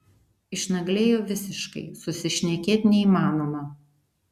išnaglėjo visiškai susišnekėt neįmanoma